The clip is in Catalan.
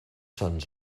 sants